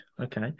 Okay